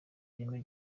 ireme